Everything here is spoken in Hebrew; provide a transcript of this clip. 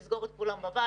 לסגור את כולם בבית,